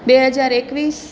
બે હજાર એકવીસ